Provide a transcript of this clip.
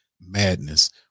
madness